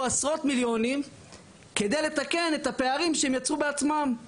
עשרות מיליונים כדי לתקן את הפערים שהם יצרו בעצמם.